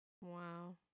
Wow